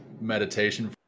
meditation